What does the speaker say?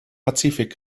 pazifik